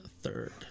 third